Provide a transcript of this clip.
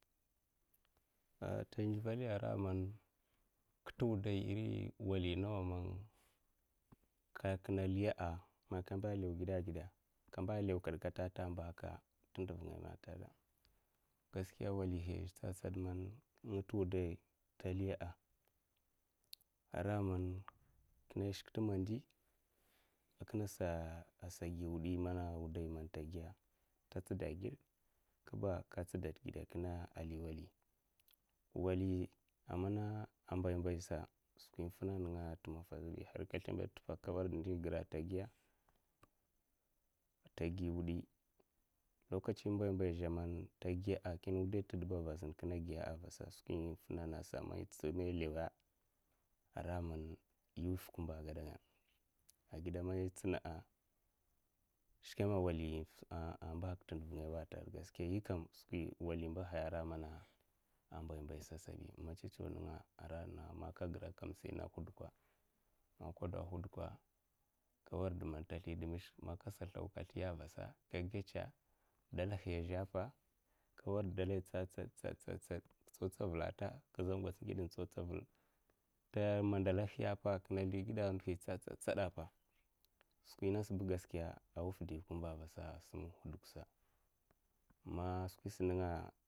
Ai ta ndivelya raman kita wuda i iri wali nawa ke kaliya'a man kamba law gida ai gida'a, kamba lawkad katata ai mbahaka tandav ngaya gaskiya walihiya ai zhu tsad tsad man nga ti wudai taliya ara man kina shik timandi a kin asa agid wudi mana wudai manta giya'a, ta tsidakgid kiba ka tsidakgid a kina liwali wali mana mbai mbaisa skwi infina ninga ta mffa sibi man kawarda ndi ingira'a, ta giya tagi wudi lokatsi mbai mbaiyazha man ta giya'a, kin wudai ta dibba avasa zin a kina giya'a skwi infina nasa man ilawa ara man iwfu kumba ai gadangaya amai itsina'a shkman a wali inmbahaka ta ndar ngaya wa ta ai tagedaka gaskiya yikam skwi wali man ambaha ara mana mbai mbaiba ababi matsa toninga'ai arana man ka girakan sai na hodo kwa man kada hodokwa kwarda tslidmish man kasa slaw ka sliya'a a vasa ka gaisa'a dalahi a, zhupa ka warda ai dalahi tsatsad tsatsad ka tsaw tsavela'ai ta ka ngwats inningida tsaw tsavel mandalahipa kina sldi gida skwi in nasaba gaskiya a wufdi kumba ma skwis ninga'a.